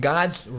God's